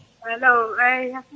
Hello